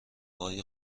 های